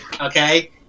okay